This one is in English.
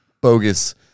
bogus